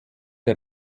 der